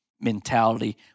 mentality